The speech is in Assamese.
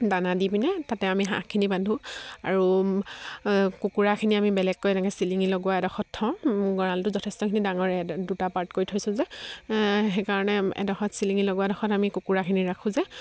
দানা দি পিনে তাতে আমি হাঁহখিনি বান্ধো আৰু কুকুৰাখিনি আমি বেলেগকৈ এনেকৈ চিলিঙি লগোৱা এডোখৰত থওঁ গঁৰালটো যথেষ্টখিনি ডাঙৰে দুটা পাৰ্ট কৰি থৈছোঁ যে সেইকাৰণে এডোখৰত চিলিঙি লগোৱাডোখৰত আমি কুকুৰাখিনি ৰাখোঁ যে